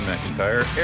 McIntyre